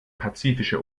pazifische